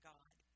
God